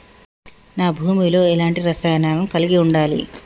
నా భూమి లో ఎలాంటి రసాయనాలను కలిగి ఉండాలి?